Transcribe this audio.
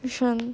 which one